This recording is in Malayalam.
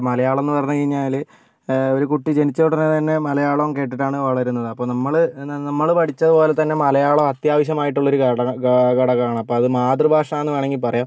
മലയാളം എന്ന് പറഞ്ഞ് കഴിഞ്ഞാൽ ഒരു കുട്ടി ജനിച്ച ഉടനെ തന്നെ മലയാളം കേട്ടിട്ടാണ് വളരുന്നത് അപ്പം നമ്മൾ നമ്മൾ പഠിച്ചത് പോലെ തന്നെ മലയാളം അത്യാവശ്യമായിട്ടുള്ളൊരു ഘടക ഘടകമാണ് അപ്പം അത് മാതൃഭാഷയെന്ന് വേണമെങ്കിൽ പറയാം